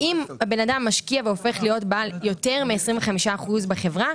אם הבן אדם משקיע והוא הופך להיות בעל יותר מ-25% בחברה,